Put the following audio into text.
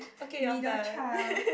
okay your turn